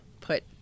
put